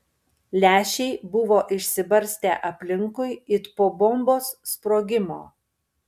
lęšiai buvo išsibarstę aplinkui it po bombos sprogimo